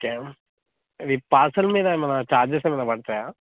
okay అవి parcel మీద ఏమన్న చార్జెస్ ఏమన్న పడతాయా